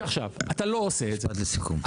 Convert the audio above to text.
משפט לסיכום.